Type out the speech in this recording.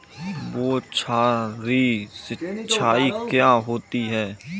बौछारी सिंचाई क्या होती है?